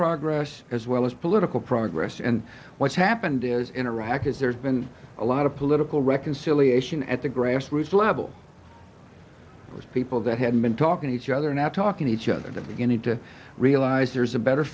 progress as well as political progress and what's happened is in iraq as there's been a lot of political reconciliation at the grassroots level with people that hadn't been talking to each other not talking to each other the beginning to realize there's a better